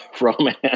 romance